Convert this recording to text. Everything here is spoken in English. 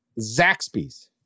Zaxby's